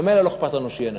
ממילא לא אכפת לנו שיהיו נשים.